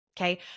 Okay